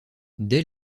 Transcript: dès